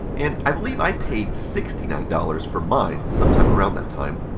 and i believe i paid sixty nine dollars for mine sometime around that time.